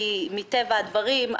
כי מטבע הדברים,